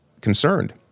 concerned